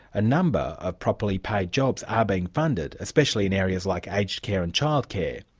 a number of properly paid jobs are being funded, especially in areas like aged care and child care,